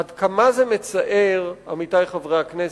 עד כמה זה מצער, עמיתי חברי הכנסת,